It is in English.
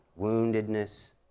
woundedness